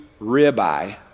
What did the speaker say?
ribeye